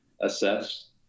assess